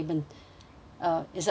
uh is that okay with you